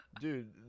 Dude